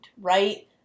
right